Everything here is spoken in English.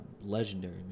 Legendary